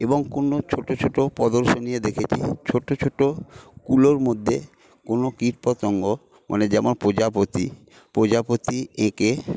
এবং কোনো ছোটো ছোটো প্রদর্শনী দেখেছি ছোট ছোট কুলোর মধ্যে কোন কীটপতঙ্গ মানে যেমন প্রজাপতি প্রজাপতি এঁকে